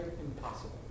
Impossible